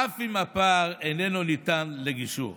אף אם הפער איננו ניתן לגישור.